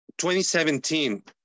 2017